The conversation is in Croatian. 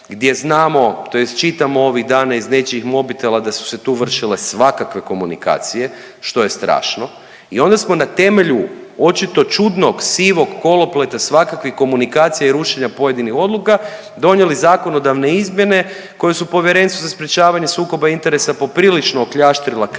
gdje znamo tj. čitamo ovih dana iz nečijih mobitela da su se tu vršile svakakve komunikacije, što je strašno i onda smo na temelju očito čudnog, sivog kolopleta svakakvih komunikacija i rušenja pojedinih odluka, donijeli zakonodavne izmjene koje su Povjerenstvu za sprječavanje sukoba interesa poprilično okljaštrila krila